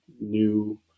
New